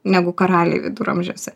negu karaliai viduramžiuose